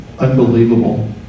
Unbelievable